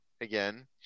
again